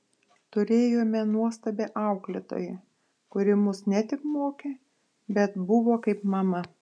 turėjome nuostabią auklėtoją kuri mus ne tik mokė bet buvo kaip mama